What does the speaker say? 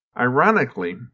Ironically